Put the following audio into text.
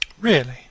Really